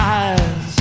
eyes